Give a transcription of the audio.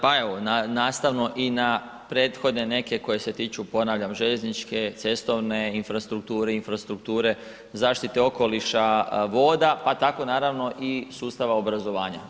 Pa evo, nastavno i na prethodne neke koje se tiču ponavljam željezničke, cestovne infrastrukture, infrastrukture zaštite okoliša, voda pa tako i naravno sustava obrazovanja.